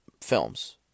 films